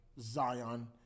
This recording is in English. Zion